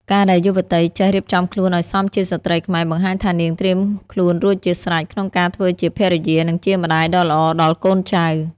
ការដែលយុវតីចេះ "រៀបចំខ្លួនឱ្យសមជាស្ត្រីខ្មែរ" បង្ហាញថានាងត្រៀមខ្លួនរួចជាស្រេចក្នុងការធ្វើជាភរិយា និងជាម្ដាយដ៏ល្អដល់កូនចៅ។